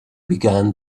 began